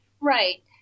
Right